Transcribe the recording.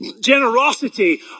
Generosity